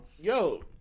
Yo